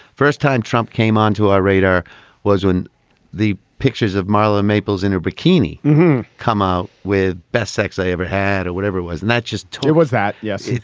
first time trump came onto our radar was when the pictures of marla maples in her bikini come out with best sex i ever had or whatever it was not just it was that. yes.